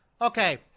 Okay